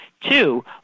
Two